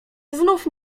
znów